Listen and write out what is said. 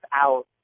out